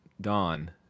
Dawn